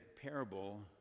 parable